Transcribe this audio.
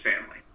family